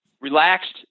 relaxed